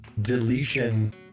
deletion